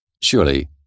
Surely